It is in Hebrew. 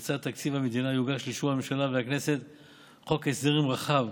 לצד תקציב המדינה יוגש לאישור הממשלה והכנסת חוק הסדרים רחב,